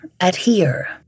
adhere